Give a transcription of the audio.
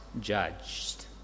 judged